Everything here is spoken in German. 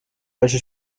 welche